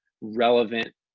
relevant